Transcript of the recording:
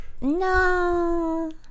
no